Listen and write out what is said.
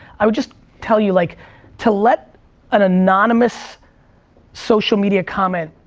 i would just tell you, like to let an anonymous social media comment